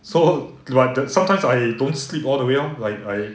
so like sometimes I don't sleep all the way lor like I